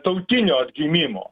tautinio atgimimo